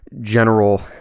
general